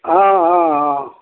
ಆಂ ಆಂ ಆಂ